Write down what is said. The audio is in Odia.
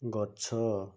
ଗଛ